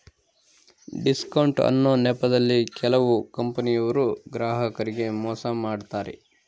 discount ಅನ್ನೊ ನೆಪದಲ್ಲಿ ಕೆಲವು ಕಂಪನಿಯವರು ಗ್ರಾಹಕರಿಗೆ ಮೋಸ ಮಾಡತಾರೆ